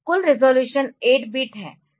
कुल resolution 8 bit है